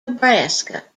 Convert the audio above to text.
nebraska